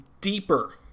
deeper